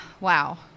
wow